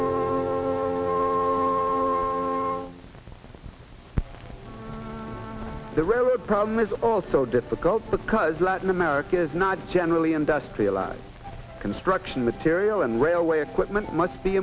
the problem is also difficult because latin america is not generally industrialized construction material and railway equipment must be